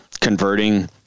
converting